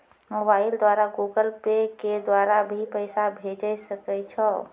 Mobile द्वारा Google Pay के द्वारा भी पैसा भेजै सकै छौ?